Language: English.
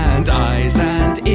and eyes and